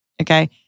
Okay